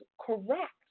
correct